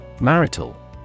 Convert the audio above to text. Marital